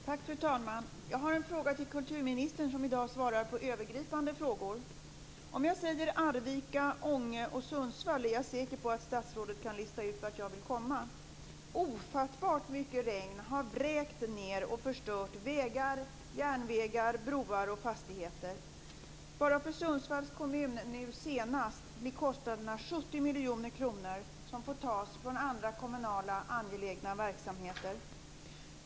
Fru talman! Jag har en fråga till kulturministern, som i dag svarar på övergripande frågor. Om jag säger Arvika, Ånge och Sundsvall är jag säker på att statsrådet kan lista ut vart jag vill komma. Ofattbart mycket regn har vräkt ned och förstört vägar, järnvägar, broar och fastigheter. Bara för Sundsvalls kommun nu senast blir kostnaderna 70 miljoner kronor, som får tas från andra angelägna kommunala verksamheter.